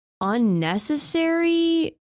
unnecessary